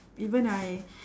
even I